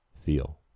feel